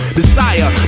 Desire